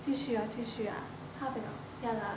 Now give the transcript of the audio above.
继续 ah 继续 ah half an hour ya lah